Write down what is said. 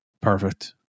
perfect